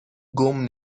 گـم